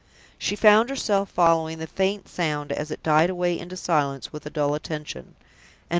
she found herself following the faint sound as it died away into silence with a dull attention,